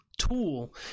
tool